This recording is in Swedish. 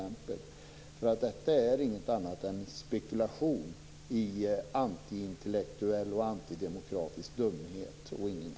Det är inget annat än spekulation i antiintellektuell och antidemokratisk dumhet.